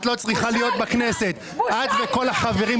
בושה לך.